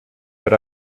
but